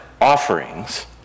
offerings